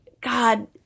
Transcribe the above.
God